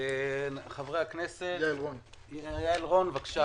חברי הכנסת בבקשה.